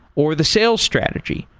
or the sales strategy,